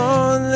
on